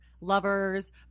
lovers